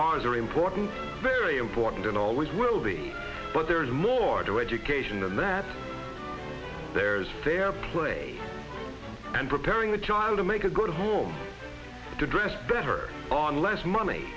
r s are important very important and always will be but there is more to education and that there's fair play and preparing the child to make a good home to dress better on less money